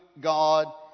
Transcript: God